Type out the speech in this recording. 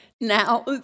now